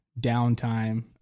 downtime